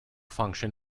function